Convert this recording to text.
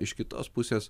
iš kitos pusės